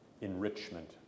enrichment